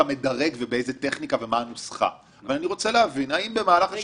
האם היו אירועים כאלה של התערבויות אישיות?